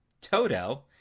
Toto